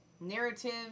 Narratives